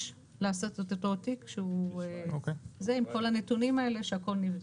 לעשות את אותו התיק עם כל הנתונים האלה שהכול נבדק.